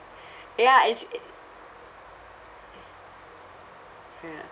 ya and she uh ya